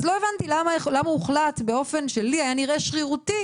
לא הבנתי למה באופן שהיה נראה לי שרירותי